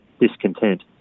discontent